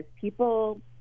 people